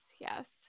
Yes